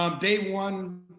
um day one,